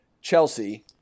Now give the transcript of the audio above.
Chelsea